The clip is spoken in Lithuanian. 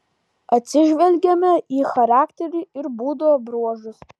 atsižvelgiame į charakterį ir būdo bruožus